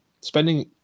spending